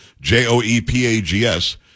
J-O-E-P-A-G-S